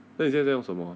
then 你现在在用什么